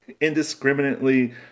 indiscriminately